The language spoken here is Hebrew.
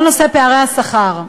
כל נושא פערי השכר,